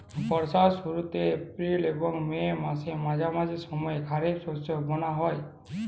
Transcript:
বর্ষার শুরুতে এপ্রিল এবং মে মাসের মাঝামাঝি সময়ে খরিপ শস্য বোনা হয়